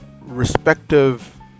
respective